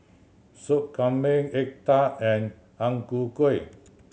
Sup Kambing egg tart and Ang Ku Kueh